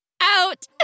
Out